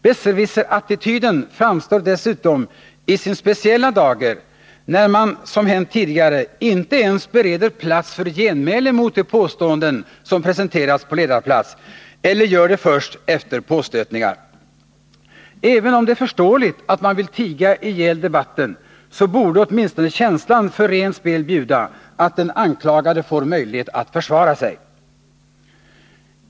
Besserwisserattityden framstår dessutom i sin speciella dager när man, som hänt tidigare, inte ens bereder plats för genmäle mot de påståenden som presenteras på ledarplats eller gör det först efter påstötningar. Även om det är förståeligt att man vill tiga ihjäl debatten, borde åtminstone känslan för rent spel bjuda att den anklagade har möjlighet att försvara sig.